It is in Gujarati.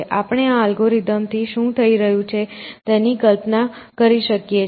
આપણે આ અલ્ગોરિધમ થી શું થઈ રહ્યું છે તેની કલ્પના કરી શકીએ છીએ